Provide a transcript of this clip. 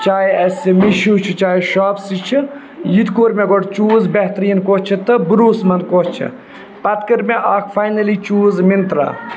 چاہے اَسہِ میٖشوٗ چھِ چاہے شاپسی چھِ یہِ تہِ کوٚر مےٚ گۄڈٕ چوٗز بہتریٖن کۄس چھِ تہٕ بٔروٗس منٛد کۄس چھےٚ پَتہٕ کٔر مےٚ اَکھ فاینٔلی چوٗز مِنترٛا